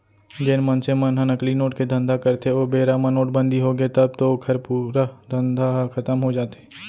जेन मनसे मन ह नकली नोट के धंधा करथे ओ बेरा म नोटबंदी होगे तब तो ओखर पूरा धंधा ह खतम हो जाथे